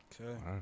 Okay